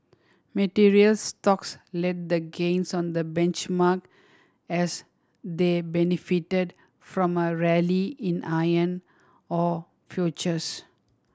materials stocks led the gains on the benchmark as they benefited from a rally in iron ore futures